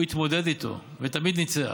הוא התמודד איתו ותמיד ניצח.